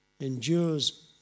endures